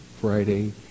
Friday